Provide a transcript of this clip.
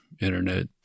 internet